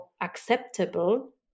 acceptable